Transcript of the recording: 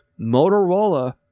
Motorola